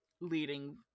leading